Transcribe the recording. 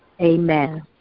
Amen